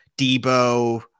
Debo